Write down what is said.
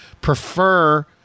prefer